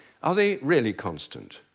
are they really constant?